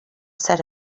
set